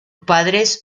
padres